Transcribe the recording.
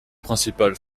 principal